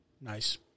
Nice